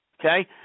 Okay